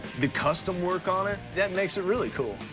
the custom work on it, that makes it really cool.